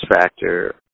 factor